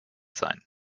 sein